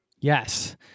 Yes